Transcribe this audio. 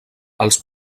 els